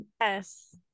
Yes